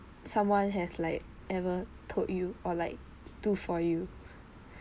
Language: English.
someone has like ever told you or like do for you